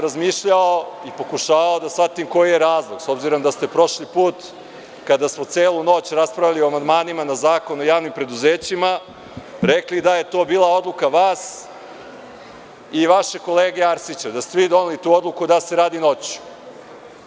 Razmišljao sam i pokušavao da shvatim koji je razlog, s obzirom da ste prošli put, kada smo celu noć raspravljali o amandmanima na Zakon o javnim preduzećima, rekli da je to bila odluka vas i vašeg kolega Arsića, da ste vi doneli tu odluku da se radi noću.